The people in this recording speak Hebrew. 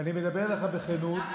אני מדבר אליך בכנות.